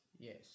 Yes